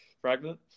fragment